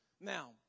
Now